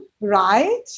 right